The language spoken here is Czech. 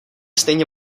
stejně